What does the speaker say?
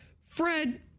Fred